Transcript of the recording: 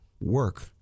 work